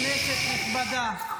כנסת נכבדה,